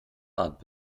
art